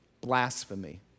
Blasphemy